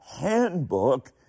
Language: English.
handbook